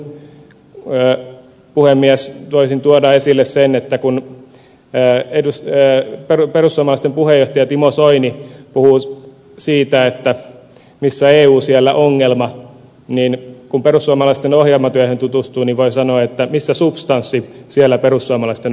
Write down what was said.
näin loppuun puhemies voisin tuoda esille sen että kun perussuomalaisten puheenjohtaja timo soini puhuu siitä että missä eu siellä ongelma niin kun perussuomalaisten ohjelmatyöhön tutustuu voin sanoa että missä substanssi siellä perussuomalaisten ongelma